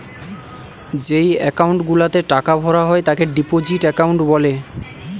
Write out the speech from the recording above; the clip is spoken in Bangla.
যেই একাউন্ট গুলাতে টাকা ভরা হয় তাকে ডিপোজিট একাউন্ট বলে